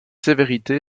sévérité